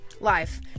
life